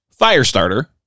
Firestarter